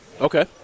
Okay